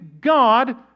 God